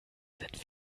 sind